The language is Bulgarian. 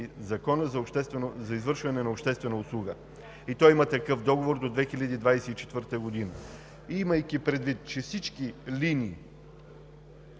Закона за извършване на обществена услуга и той има такъв договор до 2024 г. Имайки предвид, че всички